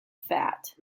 fat